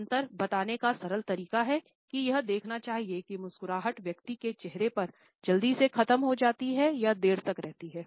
अंतर बताने का सरल तरीका है कि यह देखना चाहिए कि मुस्कुराहट व्यक्ति के चेहरे पर जल्दी से खत्म हो जाती है या देर तक रहती है